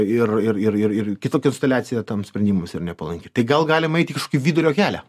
ir ir ir ir ir kitokia instaliacija tam sprendimams yra nepalanki tai gal galim eit į kažkokį vidurio kelią